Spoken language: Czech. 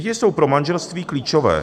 Děti jsou pro manželství klíčové.